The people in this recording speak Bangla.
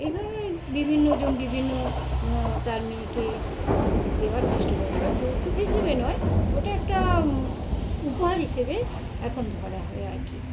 এইভাবেই বিভিন্ন জন বিভিন্ন তার মেয়েকে দেওয়ার চেষ্টা করে কারণ যৌতুক হিসেবে নয় ওটা একটা উপহার হিসেবে এখন ধরা হয় আর কী